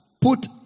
put